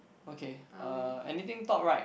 okay uh anything top right